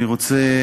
אני רוצה